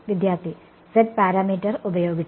വിദ്യാർത്ഥി Z parameter ഉപയോഗിച്ച്